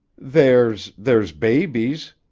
there's there's babies,